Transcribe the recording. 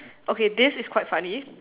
okay this is quite funny